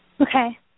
Okay